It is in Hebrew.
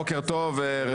בוקר טוב, אדוני היושב ראש.